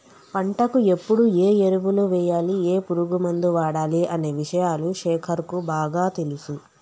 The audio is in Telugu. పంటకు ఎప్పుడు ఏ ఎరువులు వేయాలి ఏ పురుగు మందు వాడాలి అనే విషయాలు శేఖర్ కు బాగా తెలుసు